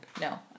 No